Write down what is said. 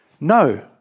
No